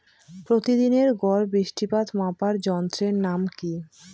প্রতিদিনের গড় বৃষ্টিপাত মাপার যন্ত্রের নাম কি?